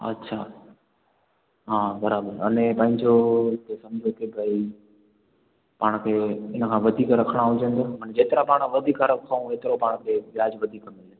अच्छा हा बराबरि अने पंहिंजो हिते सम्झो की भई पाण खे इन खां वधीक रखणा हुजनि त जेतिरा पाण वधीक रखूं ओतिरो पाण खे व्याजु वधीक